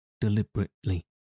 deliberately